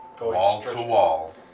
Wall-to-wall